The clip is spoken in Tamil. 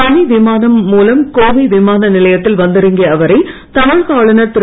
தனி விமானம் ரூலம் கோவை விமான நிலையத்தில் வந்திறங்கிய அவரை தமிழக ஆளுனர் திரு